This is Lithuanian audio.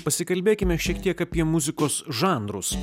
pasikalbėkime šiek tiek apie muzikos žanrus